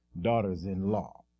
daughters-in-law